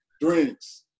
drinks